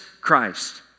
Christ